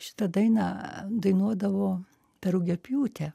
šitą dainą dainuodavo per rugiapjūtę